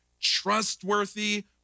trustworthy